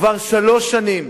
כבר שלוש שנים